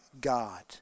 God